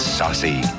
saucy